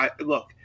look